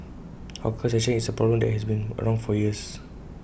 hawker succession is A problem that has been around for years